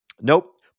Nope